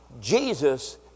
Jesus